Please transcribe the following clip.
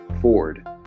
Ford